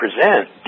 present